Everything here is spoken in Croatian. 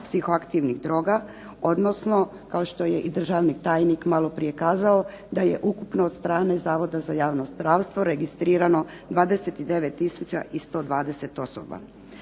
psihoaktivnih droga odnosno kao što je i državni tajnik malo prije kazao da je ukupno od strane Zavoda za javno zdravstvo registrirano 29 tisuća 120 osoba.